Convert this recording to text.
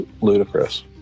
ludicrous